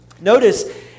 Notice